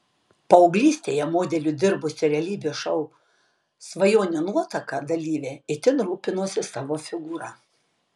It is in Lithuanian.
paauglystėje modeliu dirbusi realybės šou svajonių nuotaka dalyvė itin rūpinosi savo figūra